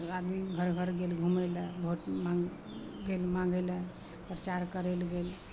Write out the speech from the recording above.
आदमी घर घर गेल घुमैलए भोट माँगै माँगै लै परचार करैलए गेल